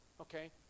Okay